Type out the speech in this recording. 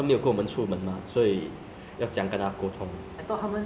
我 poly mah then 他们还在他们 continue higher NITEC